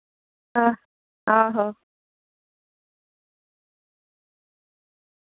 हां आहो